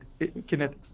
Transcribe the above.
Kinetics